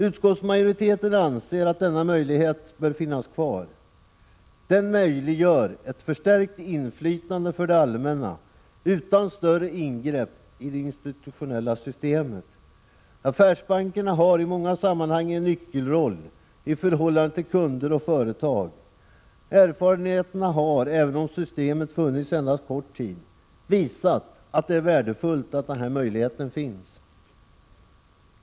Utskottsmajoriteten anser att denna möjlighet bör finnas kvar. Den möjliggör ett förstärkt inflytande för det allmänna utan större ingrepp i det institutionella systemet. Affärsbankerna har i många sammanhang en nyckelroll i förhållande till kunder och företag. Erfarenheterna har, även om systemet funnits endast kort tid, visat att det är värdefullt att denna möjlighet finns.